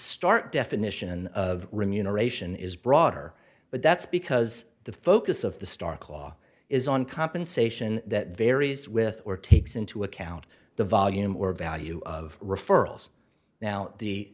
start definition of remuneration is broader but that's because the focus of the stark law is on compensation that varies with or takes into account the volume or value of referrals now the